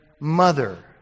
mother